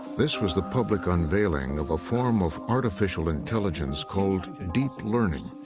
this was the public unveiling of a form of artificial intelligence called deep learning,